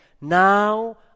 now